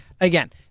Again